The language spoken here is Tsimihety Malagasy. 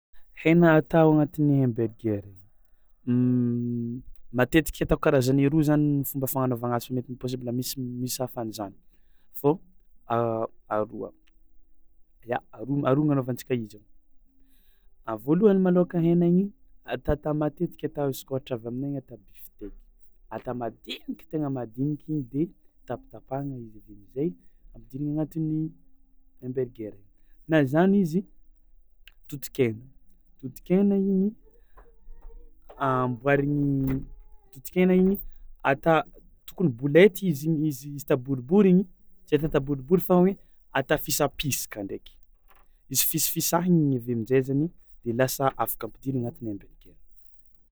Hena atao agnatiny hamburger, matetiky ataoko karazany roa zany fomba fagnanaovana azy fa mety possible misy hafan'izany fô aroa: ia aroa ny anaovantsika izy ô, voalohany malôka hena igny ataotao matetiky atao izy koa avy aminay any atao bifiteky, atao madiniky tegna madiniky igny de tapitapahana izy aveo amizay ampidirina agnatin'ny hamburger igny na zany izy totonkena, totonkegna igny amboariny totonkena igny atao tokony bolety izy igny izy atao boribory igny de tsy atatao boribory fa hoe atao fisapisaka ndreky, izy fisifisahana igny aveo aminjay zany de lasa afaka ampidiriny agnatin'ny hamburger.